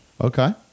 Okay